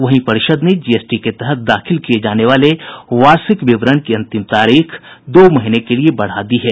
वहीं परिषद् ने जीएसटी के तहत दाखिल किए जाने वाले वार्षिक विवरण की अंतिम तारीख दो महीने के लिए बढ़ा दी है